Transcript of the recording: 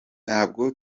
ntabwo